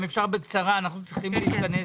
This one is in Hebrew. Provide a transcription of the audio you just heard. אם אפשר בקצרה, אנחנו צריכים להתכנס.